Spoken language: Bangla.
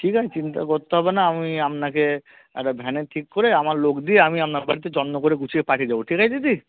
ঠিক আছে চিন্তা করতে হবে না আমি আপনাকে একটা ভ্যানে ঠিক করে আমার লোক দিয়ে আমি আপনার বাড়িতে যত্ন করে গুছিয়ে পাঠিয়ে দেবো ঠিক আছে দিদি